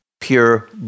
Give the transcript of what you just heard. pure